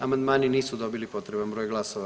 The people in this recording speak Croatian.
Amandmani nisu dobili potreban broj glasova.